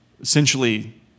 essentially